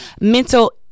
Mental